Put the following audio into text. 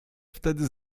wtedy